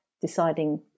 deciding